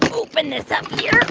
open this up here